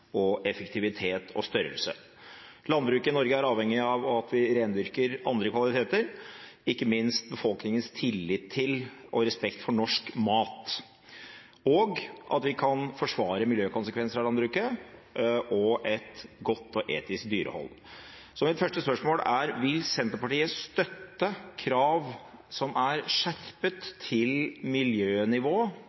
effektivitet og størrelse. Landbruket i Norge er avhengig av at vi rendyrker andre kvaliteter, ikke minst befolkningens tillit til og respekt for norsk mat, og at vi kan forsvare miljøkonsekvenser av landbruket og et godt og etisk dyrehold. Så mitt spørsmål er: Vil Senterpartiet støtte krav som er skjerpet til miljønivå